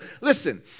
Listen